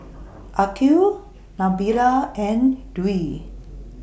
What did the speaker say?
Aqil Nabila and Dwi